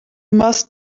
must